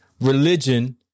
religion